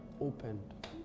opened